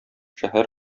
шәһәр